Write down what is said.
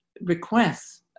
requests